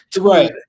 Right